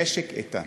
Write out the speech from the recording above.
המשק איתן.